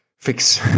Fix